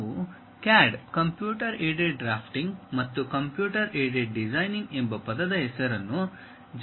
ನಾವು CAD computer aided drafting ಮತ್ತು computer aided designing ಎಂಬ ಪದದ ಹೆಸರನ್ನು ಜನಪ್ರಿಯವಾಗಿ ಬಳಸುತ್ತೇವೆ